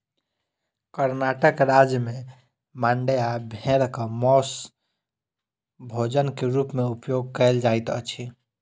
कर्णाटक राज्य में मांड्या भेड़क मौस भोजन के रूप में उपयोग कयल जाइत अछि